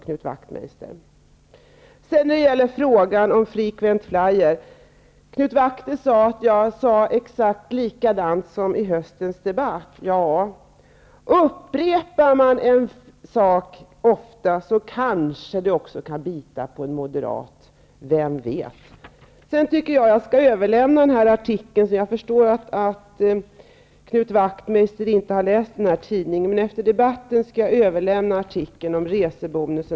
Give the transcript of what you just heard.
Knut Wachtmeister sade att jag i mitt anförande i dag sade exakt detsamma som i höstens debatt när det gäller frequent flyer-rabatter. Upprepar man en sak ofta kanske det också kan bita på en moderat, vem vet! Jag skall efter debatten överlämna artikeln ''Resebonusen är olaglig'' till Knut Wachtmeister, eftersom jag förstår att Knut Wachtmeister inte har läst den tidning artikeln är hämtad ur.